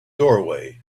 doorway